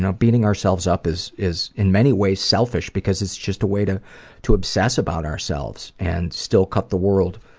and beating ourselves up is is in many ways selfish because it's just a way to to obsess about ourselves and still cut? the world,